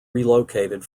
relocated